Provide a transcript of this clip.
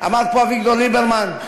אביגדור ליברמן,